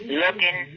looking